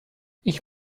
ich